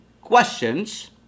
questions